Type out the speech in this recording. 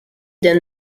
then